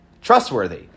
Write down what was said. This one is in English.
trustworthy